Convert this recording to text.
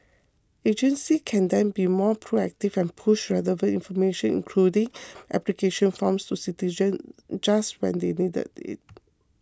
agencies can then be more proactive and push relevant information including application forms to citizens just when they needed it